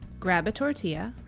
grab a tortilla,